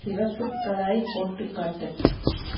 சிவப்புக் கலரை போட்டுக் காட்டு